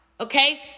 Okay